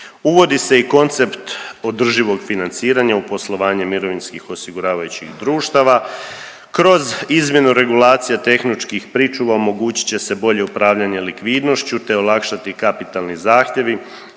Uvodi se i koncept održivog financiranja u poslovanje mirovinskih osiguravajućih društava. Kroz izmjenu regulacija tehničkih pričuva omogućit će se bolje upravljanje likvidnošću te olakšati kapitalni zahtjevi